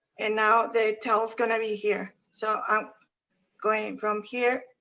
and now, the tail's gonna be here. so i'm going from here,